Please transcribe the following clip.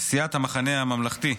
סיעת המחנה הממלכתי,